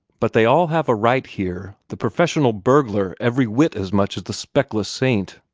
but they all have a right here, the professional burglar every whit as much as the speckless saint.